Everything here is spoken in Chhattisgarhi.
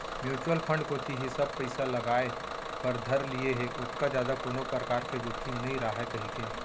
म्युचुअल फंड कोती ही सब पइसा लगाय बर धर लिये हें ओतका जादा कोनो परकार के जोखिम नइ राहय कहिके